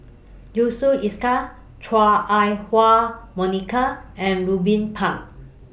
Yusof Ishak Chua Ah Huwa Monica and Ruben Pang